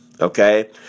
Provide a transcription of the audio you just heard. okay